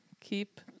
Keep